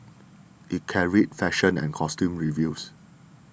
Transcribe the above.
it carried fashion and costume reviews